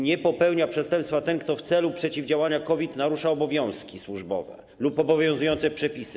Nie popełnia przestępstwa ten, kto w celu przeciwdziałania COVID narusza obowiązki służbowe lub obowiązujące przepisy.